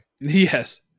yes